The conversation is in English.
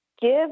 Give